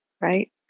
right